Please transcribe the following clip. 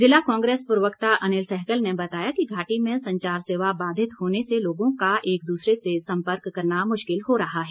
जिला कांग्रेस प्रवक्ता अनिल सहगल ने बताया कि घाटी में संचार सेवा बाधित होने से लोगों का एक दूसरे से सम्पर्क करना मुश्किल हो रहा है